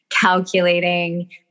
calculating